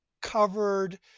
covered